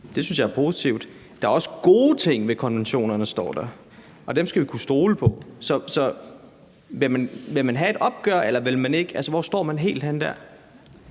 Det synes jeg er positivt. Der er også gode ting ved konventionerne, står der, og dem skal vi kunne stole på. Så vil man have et opgør, eller vil man ikke?